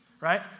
right